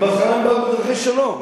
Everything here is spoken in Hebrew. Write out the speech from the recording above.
בהתחלה הם באו בדרכי שלום,